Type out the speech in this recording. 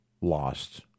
lost